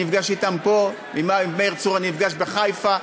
אני נפגש אתם פה, עם מאיר צור אני נפגש בחיפה.